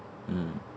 mm